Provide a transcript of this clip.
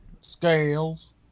Scales